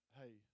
hey